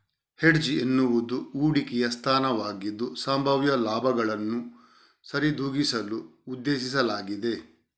hedge ಎನ್ನುವುದು ಹೂಡಿಕೆಯ ಸ್ಥಾನವಾಗಿದ್ದು, ಸಂಭಾವ್ಯ ಲಾಭಗಳನ್ನು ಸರಿದೂಗಿಸಲು ಉದ್ದೇಶಿಸಲಾಗಿದೆ